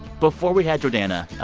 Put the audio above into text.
before we had jordana,